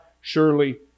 surely